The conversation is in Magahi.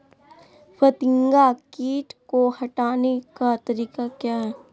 फतिंगा किट को हटाने का तरीका क्या है?